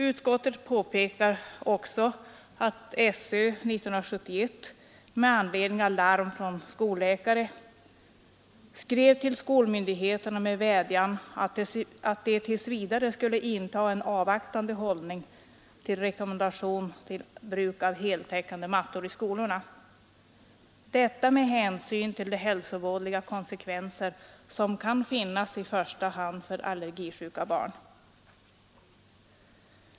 Utskottet påpekar också att SÖ 1971, med anledning av larm från skolläkare, skrev till skolmyndigheterna med en vädjan att de tills vidare skulle inta en avvaktande hållning till rekommendation om bruk av heltäckande mattor i skolorna, detta med hänsyn till de hälsovådliga konsekvenser som kan finnas i första hand för allergisjuka barn.